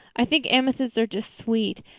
i think amethysts are just sweet.